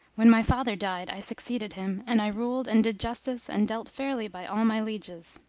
when my father died i succeeded him and i ruled and did justice and dealt fairly by all my lieges.